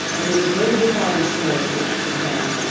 and there was no new-fallen snow with which to contend.